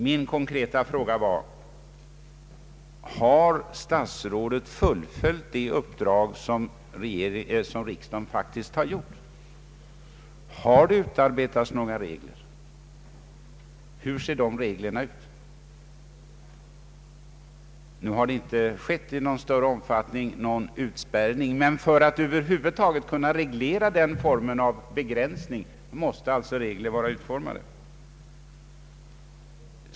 Min konkreta fråga var: Har statsrådet fullföljt det uppdrag som riksdagen faktiskt beslutat? Har det utarbetats några regler? Hur ser dessa regler ut? Nu har någon utspärrning i större omfattning inte förekommit, men för att över huvud taget kunna reglera denna form av begränsning, måste det finnas regler.